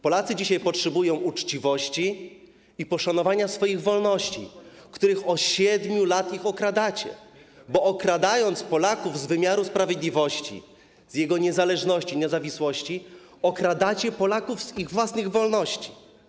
Polacy dzisiaj potrzebują uczciwości i poszanowania swoich wolności, z których od 7 lat ich okradacie, bo okradając Polaków z wymiaru sprawiedliwości, z jego niezależności, niezawisłości, okradacie Polaków z ich własnych wolności.